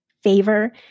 favor